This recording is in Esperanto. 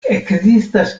ekzistas